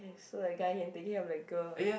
so the guy can take care of the girl